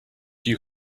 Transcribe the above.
you